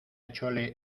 chole